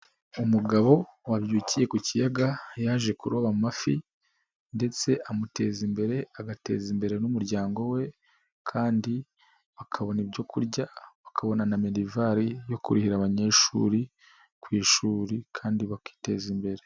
Umugabo wabyukiye ku kiyaga yaje kuroba amafi ndetse amuteza imbere agateza imbere n'umuryango we kandi bakabona ibyo kurya bakabona na minerivare yo kurihira abanyeshuri ku ishuri kandi bakiteza imbere.